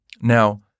Now